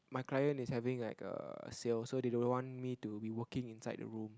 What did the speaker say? my client is having like a sale so they don't want me to be working inside the room